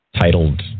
Titled